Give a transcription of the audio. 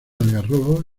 algarrobos